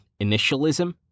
initialism